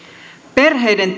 perheiden